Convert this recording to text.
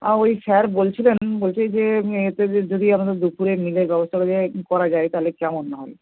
আ ওই স্যার বলছিলেন বলছি যে এতে যদি আমাদের দুপুরের মিলের ব্যবস্থাটা যদি করা যায় তাহলে কেমন হয়